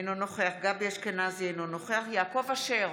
אינו נוכח גבי אשכנזי, אינו נוכח יעקב אשר,